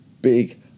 big